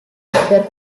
per